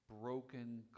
broken